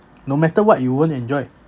no matter what you won't enjoy